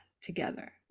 together